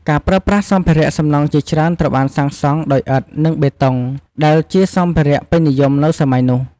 ការប្រើប្រាស់សម្ភារៈសំណង់ជាច្រើនត្រូវបានសាងសង់ដោយ ឥដ្ឋ និង បេតុង ដែលជាសម្ភារៈពេញនិយមនៅសម័យនោះ។